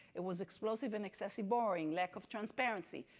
it was explosive and excessive borrowing, lack of transparency.